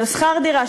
של שכר דירה,